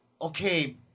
okay